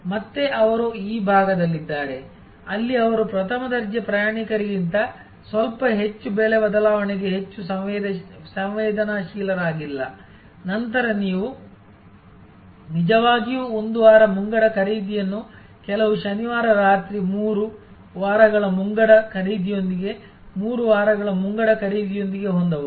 ಮತ್ತೆ ಅವರು ಈ ಭಾಗದಲ್ಲಿದ್ದಾರೆ ಅಲ್ಲಿ ಅವರು ಪ್ರಥಮ ದರ್ಜೆ ಪ್ರಯಾಣಿಕರಿಗಿಂತ ಸ್ವಲ್ಪ ಹೆಚ್ಚು ಬೆಲೆ ಬದಲಾವಣೆಗೆ ಹೆಚ್ಚು ಸಂವೇದನಾಶೀಲರಾಗಿಲ್ಲ ನಂತರ ನೀವು ನಿಜವಾಗಿಯೂ ಒಂದು ವಾರ ಮುಂಗಡ ಖರೀದಿಯನ್ನು ಕೆಲವು ಶನಿವಾರ ರಾತ್ರಿ 3 ವಾರಗಳ ಮುಂಗಡ ಖರೀದಿಯೊಂದಿಗೆ 3 ವಾರಗಳ ಮುಂಗಡ ಖರೀದಿಯೊಂದಿಗೆ ಹೊಂದಬಹುದು